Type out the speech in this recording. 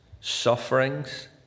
sufferings